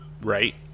right